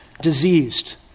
diseased